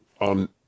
on